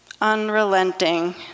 Unrelenting